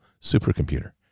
supercomputer